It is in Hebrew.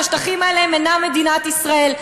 שהשטחים האלה הם אינם מדינת ישראל.